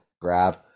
grab